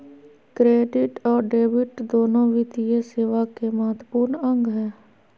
credit और debit दोनो वित्तीय सेवा के महत्त्वपूर्ण अंग हय